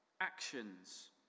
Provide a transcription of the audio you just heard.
actions